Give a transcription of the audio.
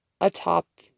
atop